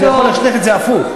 אני יכול להשליך את זה הפוך: